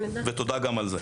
תודה גם על זה.